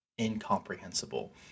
incomprehensible